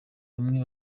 bamwe